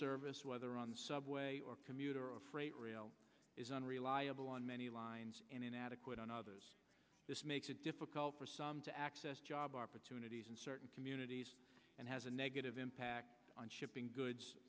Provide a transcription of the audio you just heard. service whether on subway or commuter freight rail is unreliable on many lines and inadequate on others this makes it difficult for some to access job opportunities in certain communities and has a negative impact on shipping goods